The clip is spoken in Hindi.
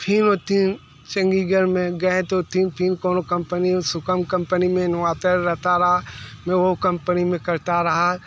फिर ओथीम चंडीगढ़ में गए तो ओथीम फिर कोनो कम्पनी सुकम कम्पनी में नुआते रहता रहा मैं वो कंपनी में करता रहा